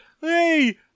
Hey